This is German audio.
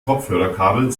kopfhörerkabel